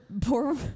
poor